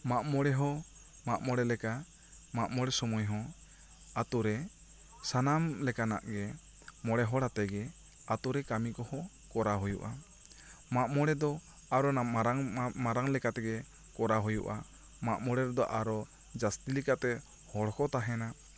ᱢᱟᱜ ᱢᱚᱬᱮ ᱦᱚᱸ ᱢᱟᱜ ᱢᱚᱬᱮ ᱞᱮᱠᱟ ᱢᱟᱜ ᱢᱚᱬᱮ ᱥᱚᱢᱚᱭ ᱦᱚᱸ ᱟᱛᱳ ᱨᱮ ᱥᱟᱱᱟᱢ ᱞᱮᱠᱟᱱᱟᱜ ᱜᱮ ᱢᱚᱬᱮ ᱦᱚᱲ ᱟᱛᱮᱜ ᱜᱮ ᱟᱛᱳ ᱨᱮ ᱠᱟᱹᱢᱤ ᱠᱚᱦᱚᱸ ᱠᱚᱨᱟᱣ ᱦᱩᱭᱩᱜᱼᱟ ᱢᱟᱜ ᱢᱚᱬᱮ ᱫᱚ ᱟᱨᱚ ᱱᱟ ᱢᱟᱲᱟᱝ ᱞᱮᱠᱟ ᱜᱮ ᱠᱚᱨᱟᱣ ᱦᱩᱭᱩᱜᱼᱟ ᱢᱟᱜ ᱢᱚᱬᱮ ᱨᱮ ᱫᱚ ᱟᱨᱚ ᱡᱟᱹᱥᱛᱤ ᱞᱮᱠᱟᱛᱮ ᱦᱚᱲ ᱠᱚ ᱛᱟᱦᱮᱱᱟ